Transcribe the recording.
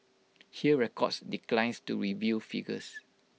Hear records declines to reveal figures